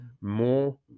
more